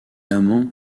amant